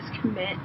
commit